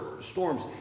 storms